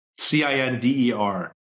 C-I-N-D-E-R